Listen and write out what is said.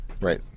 Right